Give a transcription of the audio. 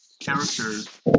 characters